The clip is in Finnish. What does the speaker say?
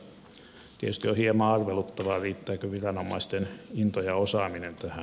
tietysti on hieman arveluttavaa riittääkö viranomaisten into ja osaaminen tähän